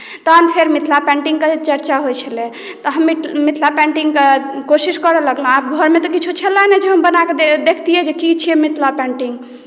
तहन फेर मिथिला पेंटिंगक चर्चा होइत छलै तऽ हम मिथिला पेंटिंगक कोशिश करय लगलहुँ आब घरमे तऽ किछु छलै नहि जे हम बना कऽ देखतियै जे की छियै मिथिला पेंटिंग